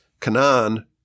Canaan